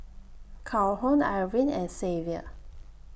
Calhoun Irvine and Xavier